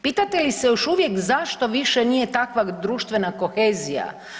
Pitate li se još uvijek zašto više nije takva društvena kohezija?